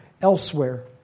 elsewhere